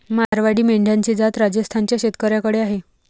मारवाडी मेंढ्यांची जात राजस्थान च्या शेतकऱ्याकडे आहे